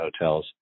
hotels